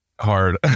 hard